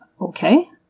okay